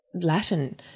Latin